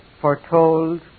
foretold